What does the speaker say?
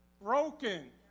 broken